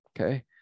Okay